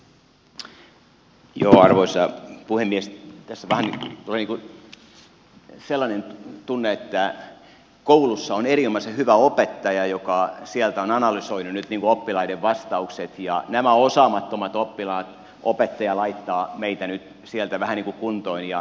tässä vähän tuli niin kuin sellainen tunne että koulussa on erinomaisen hyvä opettaja joka on niin kuin analysoinut nyt oppilaiden vastaukset ja nämä osaamattomat oppilaat opettaja laittaa nyt vähän niin kuin kuntoon ja järjestykseen